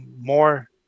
More